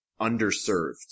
underserved